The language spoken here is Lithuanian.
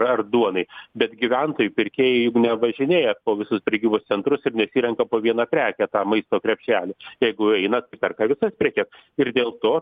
ar duonai bet gyventojai pirkėjai juk nevažinėja po visus prekybos centrus ir nesirenka po vieną prekę tą maisto krepšelį jeigu eina perka visas prekes ir dėl to